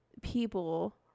people